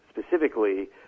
specifically